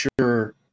sure